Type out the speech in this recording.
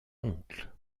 oncle